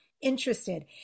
interested